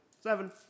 Seven